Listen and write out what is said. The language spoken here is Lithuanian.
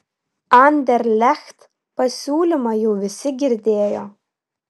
anderlecht pasiūlymą jau visi girdėjo